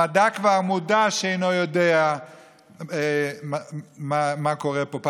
המדע כבר מודע לכך שאינו יודע מה קורה פה,